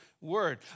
Word